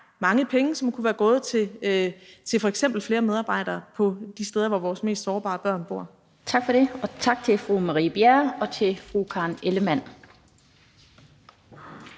mange penge, som kunne være gået til f.eks. flere medarbejdere på de steder, hvor vores mest sårbare børn bor. Kl. 15:58 Den fg. formand (Annette Lind): Tak for det. Tak til fru Marie Bjerre og til fru Karen Ellemann.